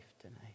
tonight